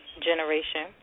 generation